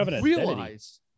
realize